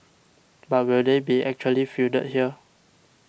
but will they be actually fielded here